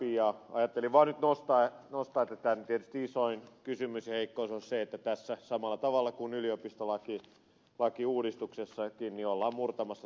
ajattelin vaan nyt nostaa esille että tämän tietysti isoin kysymys ja heikkous on se että tässä samalla tavalla kuin yliopistolakiuudistuksessakin ollaan murtamassa tätä maksuttomuusperiaatetta